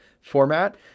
format